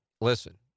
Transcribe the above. listen